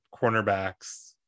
cornerbacks